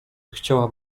chciała